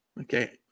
Okay